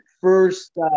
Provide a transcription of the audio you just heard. first